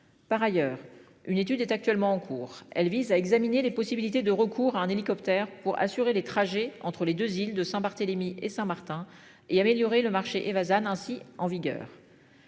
Par ailleurs, une étude est actuellement en cours, elle vise à examiner les possibilités de recours à un hélicoptère pour assurer les trajets entre les 2 îles de Saint-Barthélemy et Saint-Martin et améliorer le marché et va à Nancy en vigueur.